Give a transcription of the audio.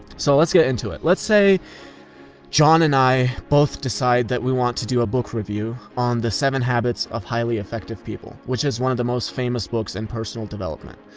so let's get into it. let's say john and i both decide that we want to do a book review on the seven habits of highly effective people, which is one of the most famous books in personal development.